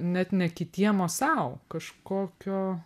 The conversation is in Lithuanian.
net ne kitiem o sau kažkokio